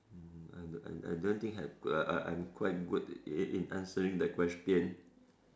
hmm I I I don't think have uh I I'm quite good in answering the question